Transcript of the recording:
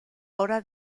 hora